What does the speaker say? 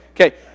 Okay